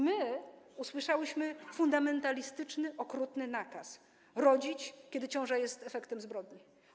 My usłyszałyśmy fundamentalistyczny, okrutny nakaz: rodzić, kiedy ciąża jest efektem zbrodni.